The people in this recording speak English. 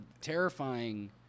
terrifying